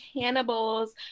cannibals